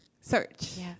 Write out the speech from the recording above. search